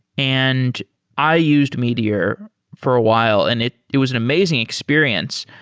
and i used meteor for a while, and it it was an amazing experience.